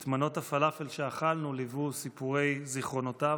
את מנות הפלאפל שאכלנו ליוו סיפורי זיכרונותיו,